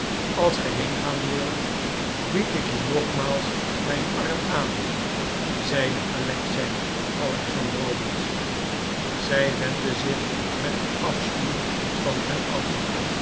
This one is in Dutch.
als ge heengaan wilt bied ik je nogmaals mijn arm aan zeide alexei alexandrowitsch zij wendde zich met afschuw van hem af